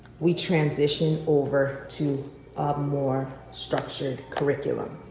we transition over to a more structured curriculum.